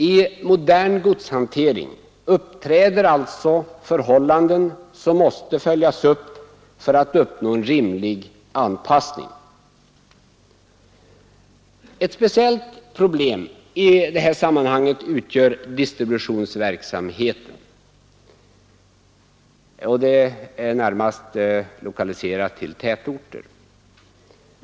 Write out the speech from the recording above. I modern godshantering uppträder alltså förhållanden som måste följas upp för att man skall uppnå en rimlig anpassning. Ett speciellt problem i detta sammanhang utgör distributionsverksamheten. Denna är närmast lokaliserad till tätorter.